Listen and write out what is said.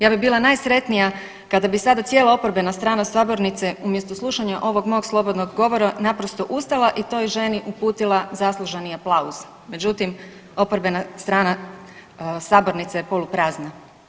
Ja bih bila najsretnija kada bi sada cijela oporbena strana sabornice umjesto slušanja ovog mog slobodnog govora naprosto ustala i toj ženi uputila zasluženi aplauz, međutim oporbena strana sabornice je poluprazna.